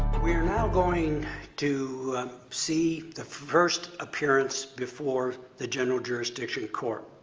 we're now going to see the first appearance before the general jurisdiction court.